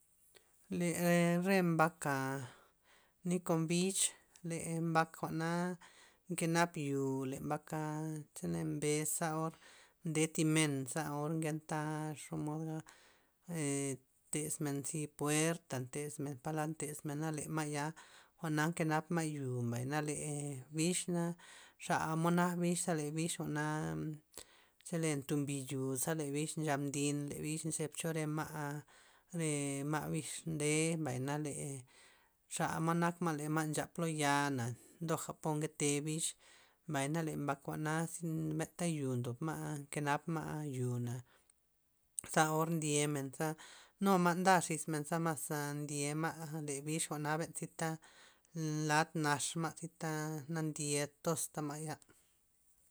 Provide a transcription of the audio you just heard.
Le re mbaka ni kon bich, le mbak jwa'na nke nap yoo' le mbaka chole mbesa' or nde thi men za or ngenta xomoda' tesmen zi puerta' ntesmen palad ntesmena na le ma'ya jwa'na nke napma' yo' mbay na le bixna xamod nak bixza, le bix jwa'na chole ndombi yo'za, nde bix' ncha mbin' le bix'. nzeb cho re ma' re ma' bix nde mbay na ee xamod nak ma' le ma' nchap lo ya'na ndoja po nkete bix', mbay na le mbak jwa'na ze benta yo ndob ma' nke nap ma' yo'na, za or ndyen men za numa' nda xis men za mas za ndye ma' le bix' jwa'na benta zita lad nax ma'zita na ndyed toxta ma'ya.